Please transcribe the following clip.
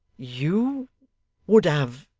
you would have,